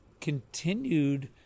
continued